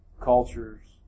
cultures